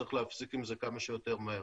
צריך להפסיק עם זה כמה שיותר מהר.